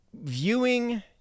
Viewing